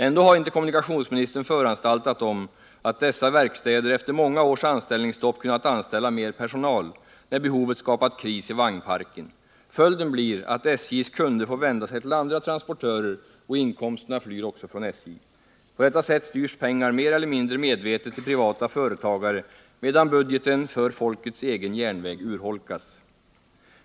Ändå har inte kommunikationsministern föranstaltat om att dessa verkstäder efter många års anställningsstopp kunnat anställa mer personal, när behovet skapat kris i vagnparken. Följden blir att SJ:s kunder får vända sig till andra transportörer, och inkomsterna flyr också från SJ. På detta sätt styrs pengar mer eller mindre medvetet till privata företagare, medan budgeten för folkets egen järnväg urholkas.